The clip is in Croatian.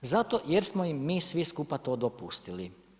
Zato jer smo im mi svi skupa to dopustili.